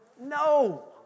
No